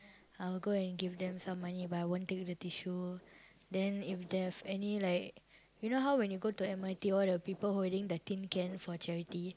I will go and give them some money but I won't take the tissue then if they have any like you know how when you go to M_R_T all the people holding the tin can for charity